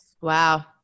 Wow